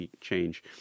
change